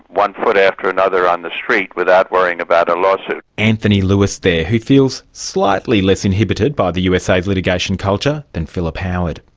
one foot after another on the street, without worrying about a lawsuit. anthony lewis there, who feels slightly less inhibited by the usa's litigation culture than philip howard.